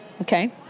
Okay